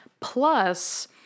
Plus